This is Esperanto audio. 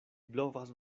blovas